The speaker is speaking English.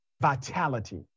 vitality